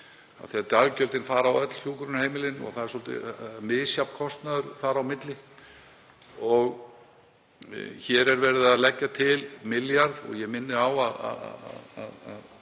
því að daggjöldin fara á öll hjúkrunarheimilin og það er svolítið misjafn kostnaður þar á milli. Hér er verið að leggja til milljarð og ég minni á að